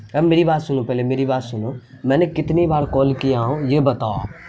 اب میری بات سنو پہلے میری بات سنو میں نے کتنی بار کال کیا ہوں یہ بتاؤ آپ